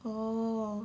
oh